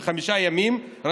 תודה